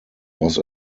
was